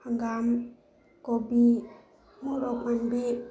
ꯍꯪꯒꯥꯝ ꯀꯣꯕꯤ ꯃꯣꯔꯣꯛ ꯃꯥꯟꯕꯤ